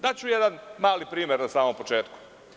Daću jedan mali primer na samom početku.